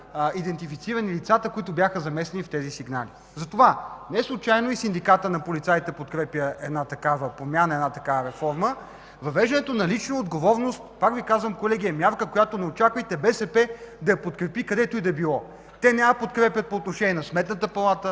идентифицирани лицата, които бяха замесени в тези сигнали. Затова неслучайно и Синдикатът на полицаите подкрепя една такава промяна, една такава реформа. Въвеждането на лична отговорност, пак Ви казвам, колеги, е мярка, която не очаквайте БСП да подкрепи където и да било. Те не я подкрепят по отношение на Сметната палата,